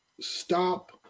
stop